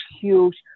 huge